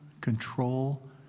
control